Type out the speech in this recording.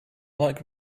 like